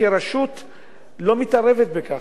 כי הרשות לא מתערבת בכך.